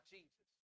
Jesus